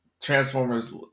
Transformers